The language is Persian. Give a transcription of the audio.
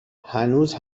هنوز